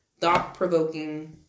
thought-provoking